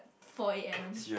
four A_M